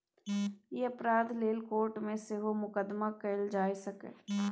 ई अपराध लेल कोर्ट मे सेहो मुकदमा कएल जा सकैए